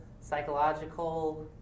psychological